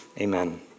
Amen